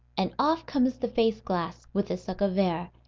and off comes the face-glass, with a suck of air.